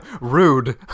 Rude